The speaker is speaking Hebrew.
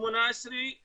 ו-18%